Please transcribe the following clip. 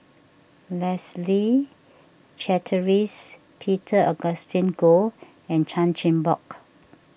Leslie Charteris Peter Augustine Goh and Chan Chin Bock